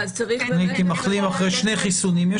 אני כמחלים אחרי שני חיסונים.